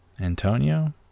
Antonio